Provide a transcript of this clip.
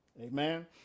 Amen